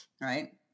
Right